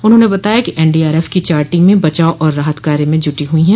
उन्होंने बताया कि एनडीआरएफ की चार टीमें बचाव और राहत कार्य में जुटी हुई है